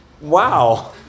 wow